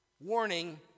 warning